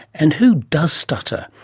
and who does stutter?